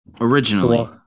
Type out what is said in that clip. originally